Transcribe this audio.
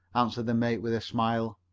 answered the mate with a smile.